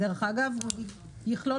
הוא יכלול